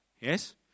Yes